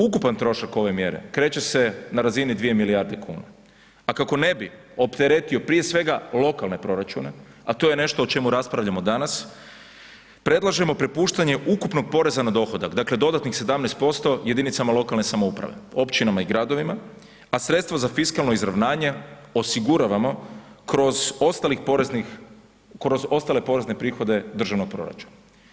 Ukupan trošak ove mjere kreće se na razini 2 milijarde kuna, a kako ne bi opteretio, prije svega, lokalne proračune, a to je nešto o čemu raspravljamo danas, predlažemo prepuštanje ukupnog poreza na dohodak, dakle dodatnih 17% jedinicama lokalne samouprave, općinama i gradovima, a sredstva za fiskalno izravnanje osiguravano kroz ostale porezne prihode državnog proračuna.